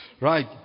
right